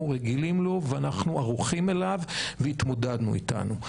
רגילים לו ואנחנו ערוכים אליו והתמודדנו אתו.